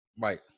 Right